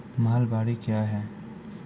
महलबाडी क्या हैं?